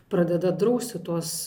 pradeda drausti tuos